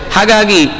Hagagi